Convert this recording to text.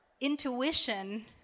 intuition